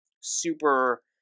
super